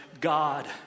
God